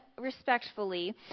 respectfully